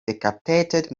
decapitated